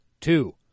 two